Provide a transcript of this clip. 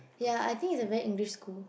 ya I think is a very English school